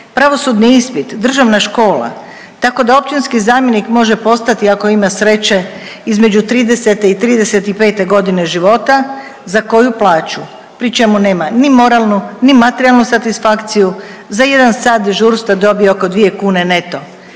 pravosudni ispit, državna škola tako da općinski zamjenik može postati ako ima sreće između 30-te i 35-te godine života za koju plaću pri čemu nema ni moralnu, ni materijalnu satisfakciju, za 1 sat dežurstva dobije oko 2 kune neto,